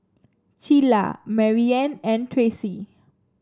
Cilla Maryanne and Tracee